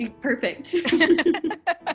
Perfect